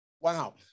Wow